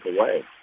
away